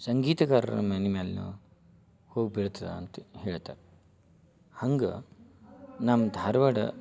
ಸಂಗೀತಗಾರರ ಮನೆ ಮ್ಯಾಲೆನೋ ಹೋಗಿ ಬೀಳ್ತದೆ ಅಂತ ಹೇಳ್ತಾರೆ ಹಂಗೆ ನಮ್ಮ ಧಾರವಾಡ